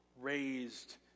raised